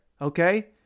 okay